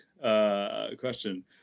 question